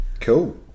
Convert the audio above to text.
Cool